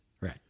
right